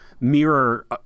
mirror